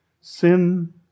sin